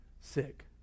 sick